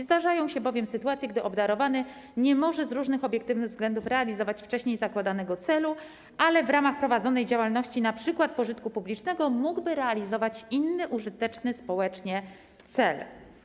Zdarzają się bowiem sytuacje, gdy obdarowany nie może z różnych obiektywnych względów realizować wcześniej zakładanego celu, ale w ramach prowadzonej działalności np. pożytku publicznego mógłby realizować inny użyteczny społecznie cel.